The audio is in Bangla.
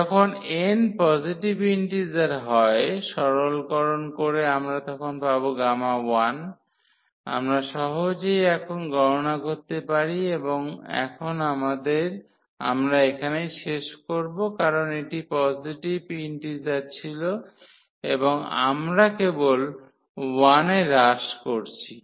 যখন n পজিটিভ ইন্টিজার হয় সরলকরণ করে তখন আমরা পাব 1 আমরা সহজেই এখন গণনা করতে পারি এবং এখন আমরা এখানেই শেষ করব কারণ এটি পজিটিভ ইন্টিজার ছিল এবং আমরা কেবল 1 এ হ্রাস করছি